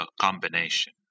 combination